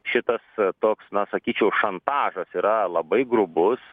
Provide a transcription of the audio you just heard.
šitas toks na sakyčiau šantažas yra labai grubus